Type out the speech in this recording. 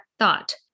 thought